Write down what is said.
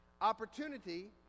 Opportunity